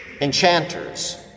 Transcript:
enchanters